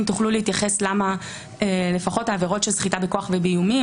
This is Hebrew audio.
תוכלו להתייחס ולומר למה לפחות העבירה של סחיטה בכוח ובאיומים,